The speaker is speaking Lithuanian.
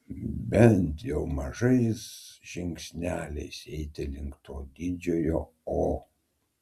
bent jau mažais žingsneliais eiti link to didžiojo o